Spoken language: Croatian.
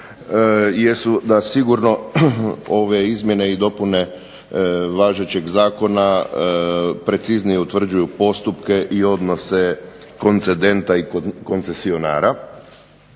jesu da sigurno ove izmjene i dopune važećeg zakona preciznije utvrđuju postupke i odnose koncedenta i koncesionara,